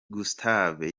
gustave